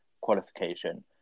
qualification